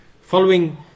following